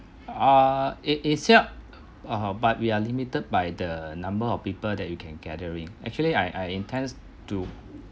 ah it err but we are limited by the number of people that you can gathering actually I I intends too